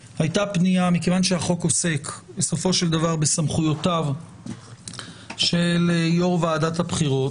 מכיוון שהחוק עוסק בסופו של דבר בסמכויותיו של יו"ר ועדת הבחירות,